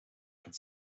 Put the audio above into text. could